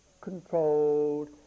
controlled